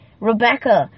Rebecca